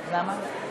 למה?